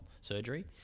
surgery